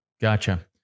Gotcha